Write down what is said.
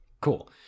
cool